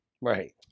Right